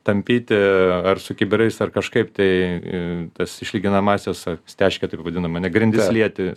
tampyti ar su kibirais ar kažkaip tai e tas išlyginamąsias steškė taip vadinama ane grindis lieti